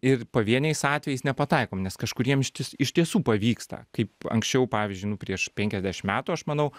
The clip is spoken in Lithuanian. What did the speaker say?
ir pavieniais atvejais nepataikom nes kažkuriem iš ties iš tiesų pavyksta kaip anksčiau pavyzdžiui nu prieš penkiasdešim metų aš manau